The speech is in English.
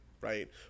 right